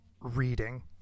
reading